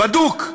בדוק.